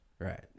right